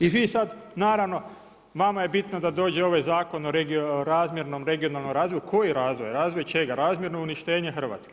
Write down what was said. I vi sada naravno, vama je bitno da dođe ovaj zakona o razmjernom regionalnom razvoju, koji razvoj, razvoj čega, razmjerno uništenje Hrvatske.